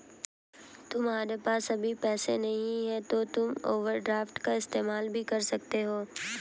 तुम्हारे पास अभी पैसे नहीं है तो तुम ओवरड्राफ्ट का इस्तेमाल भी कर सकते हो